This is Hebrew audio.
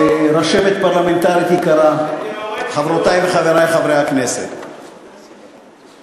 אחריו, חבר הכנסת באסל גטאס.